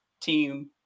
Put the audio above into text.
team